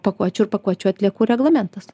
pakuočių ir pakuočių atliekų reglamentas